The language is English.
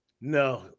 No